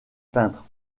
peintre